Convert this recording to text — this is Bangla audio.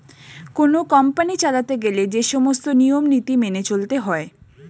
কোন কোম্পানি চালাতে গেলে যে সমস্ত নিয়ম নীতি মেনে চলতে হয়